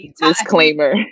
Disclaimer